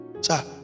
sir